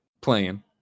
playing